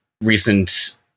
recent